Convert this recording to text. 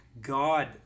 God